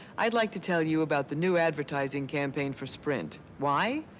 i'd like to tell you about the new advertising campaign for sprint. why?